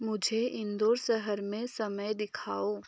मुझे इंदौर शहर में समय दिखाओ